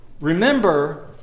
remember